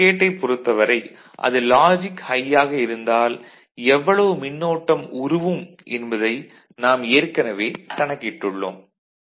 சுமை கேட்டைப் பொறுத்தவரை அது லாஜிக் ஹை யாக இருந்தால் எவ்வளவு மின்னோட்டம் உருவும் என்பது நாம் ஏற்கனவே கணக்கிட்டுள்ளோம்